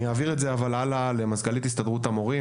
אני אעביר את ההערה החשובה של אדוני הלאה למזכ"לית הסתדרות המורים.